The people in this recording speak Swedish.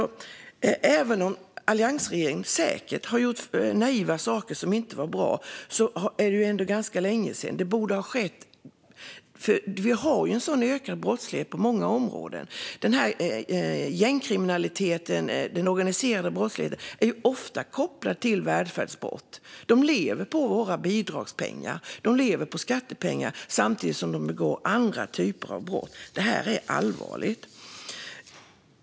Även om alliansregeringen säkert gjorde naiva saker som inte var bra var det ganska länge sedan. Det borde ha skett något sedan dess. Vi har en ökad brottslighet på många områden. Gängkriminaliteten och den organiserade brottsligheten är ofta kopplade till välfärdsbrott. De lever på våra bidragspengar. De lever på skattepengar samtidigt som de begår andra typer av brott. Det här är allvarligt.